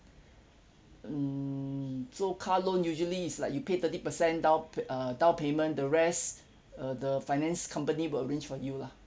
mm so car loan usually it's like you pay thirty percent down uh down payment the rest uh the finance company will arrange for you lah